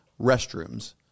restrooms